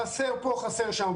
חסר פה, חסר שם.